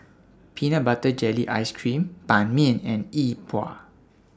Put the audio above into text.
Peanut Butter Jelly Ice Cream Ban Mian and Yi Bua